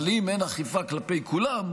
אבל אם אין אכיפה כלפי כולם,